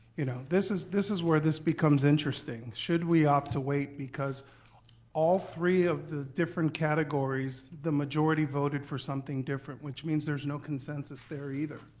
you know, this is this is where this becomes interesting. should we have um to wait because all three of the different categories, the majority voted for something different, which means there's no consensus there either.